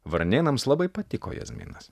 varnėnams labai patiko jazminas